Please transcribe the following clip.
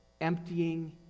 emptying